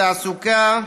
בתעסוקה,